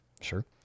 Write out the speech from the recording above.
Sure